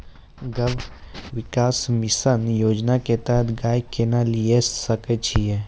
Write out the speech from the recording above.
गव्य विकास मिसन योजना के तहत गाय केना लिये सकय छियै?